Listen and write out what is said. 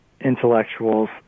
intellectuals